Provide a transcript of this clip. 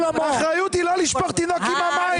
אחריות היא לא לשפוך תינוק עם המים.